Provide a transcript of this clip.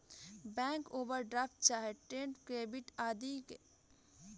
bank overdraft चाहे trade credit आदि के मदद से शॉर्ट टर्म लोन प्राप्त होला